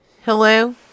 Hello